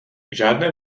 žádné